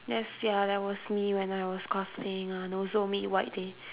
yes ya that was me when I was cosplaying ah and also meet white day